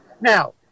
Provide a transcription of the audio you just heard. Now